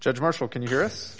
judge marshall can you hear